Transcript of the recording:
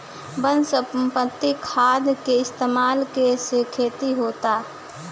वनस्पतिक खाद के इस्तमाल के से खेती होता